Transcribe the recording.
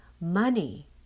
Money